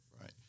Right